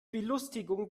belustigung